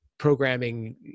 Programming